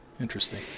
Interesting